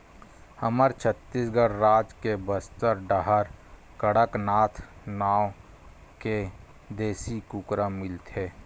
हमर छत्तीसगढ़ राज के बस्तर डाहर कड़कनाथ नाँव के देसी कुकरा मिलथे